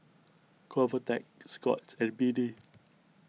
Convatec Scott's and B D